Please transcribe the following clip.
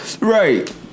Right